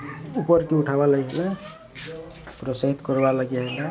ଉପରକୁ ଉଠାବାର୍ ଲାଗିକେ ଲାଗି ହେଲେ